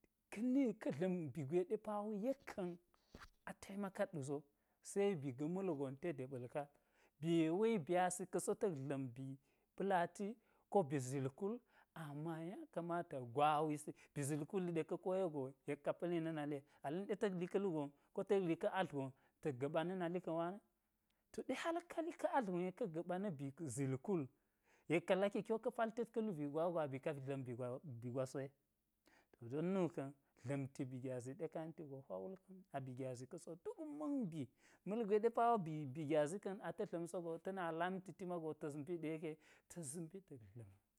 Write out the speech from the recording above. Ka̱ ni ka̱ dla̱m bi gwe ɗe pawo yek ka̱n ataimakat wuso, se bi ga̱ ma̱lgon te deɓa̱l ka be we byasi ka̱ so ta̱k dla̱mbi pa̱lati ko bi zil kul, ama ya kamata gwa wisi bi zil kuli ɗe ka̱ koye go yek ka pa̱li na̱ nali ye ale ta̱k li ka̱ lugon ko ta̱ li ka̱ atl gon ta̱k ga̱ɓa na̱ nali ka̱ nwa, to ɗe hal ka li ka̱ atl gon yek ka̱ gaɓa na̱ bi zilkul yek ka laki kiwo ka̱ paltet ka lubi gwa wugo aba̱ ka dla̱m bi gwa so ye, to don nu ka̱n dla̱mti bi gyazi ɗe ka yenti go hwa wul ka̱n, aba̱ gyazi ka̱so duk ma̱n bi ma̱lgwe ɗe pawo bi gyazi ka̱n ata̱ dla̱m sogo ta̱ na lamti ti mago ta̱s mbi ɗe yeke ta̱s mbi ta̱s dla̱mi